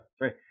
Right